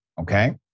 okay